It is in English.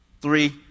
three